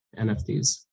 nfts